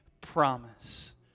promise